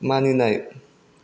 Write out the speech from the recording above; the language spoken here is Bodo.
मानिनाय